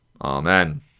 Amen